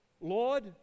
Lord